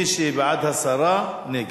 מי שבעד הסרה, נגד.